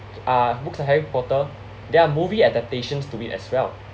uh books like harry potter there are movie adaptations to it as well